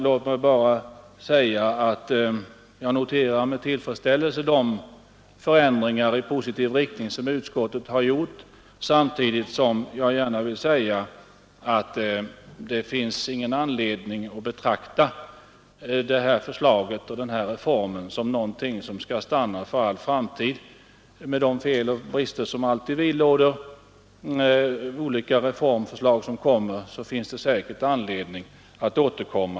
Låt mig bara säga att jag noterar med tillfredsställelse de förändringar i positiv riktning som utskottet har föreslagit, samtidigt som jag vill säga att det finns ingen anledning att betrakta det här förslaget och den här reformen som något som utan ändringar skall stanna för framtiden. Det finns säkert anledning att återkomma.